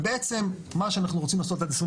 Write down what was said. ובעצם מה שאנחנו רוצים לעשות עד 2030